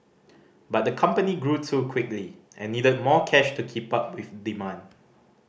but the company grew too quickly and needed more cash to keep up with demand